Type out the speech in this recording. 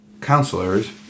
counselors